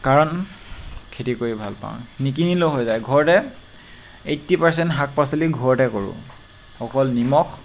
কাৰণ খেতি কৰি ভাল পাওঁ নিকিনিলেও হৈ যায় ঘৰতে এইটটি পাৰচেন্ট শাক পাচলি ঘৰতে কৰোঁ অকল নিমখ